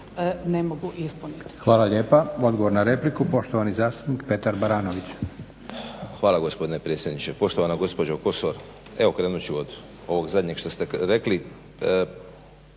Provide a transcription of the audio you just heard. ne mogu ispuniti.